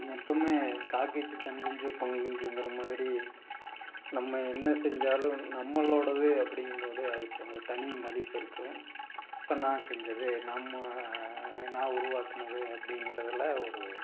எப்போவுமே காக்கைக்கு தன் குஞ்சு பொன்குஞ்சுங்கிற மாதிரி நம்ம என்ன செஞ்சாலும் நம்மளோடது அப்படிங்கம்போது அதுக்கு ஒரு தனி மதிப்பு இருக்கும் இப்போ நான் செஞ்சது நம்ம நான் உருவாக்கினது அப்படிங்கிறதுல ஒரு